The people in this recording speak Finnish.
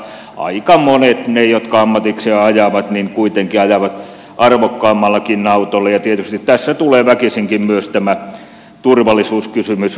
aika monet jotka ammatikseen ajavat kuitenkin ajavat arvokkaammallakin autolla ja tietysti tässä tulee väkisinkin myös tämä turvallisuuskysymys esille